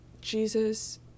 Jesus